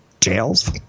jails